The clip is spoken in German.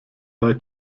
bei